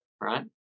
right